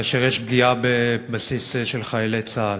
כאשר יש פגיעה בבסיס של חיילי צה"ל.